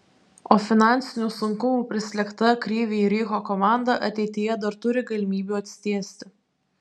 o finansinių sunkumų prislėgta kryvyj riho komanda ateityje dar turi galimybių atsitiesti